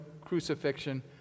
crucifixion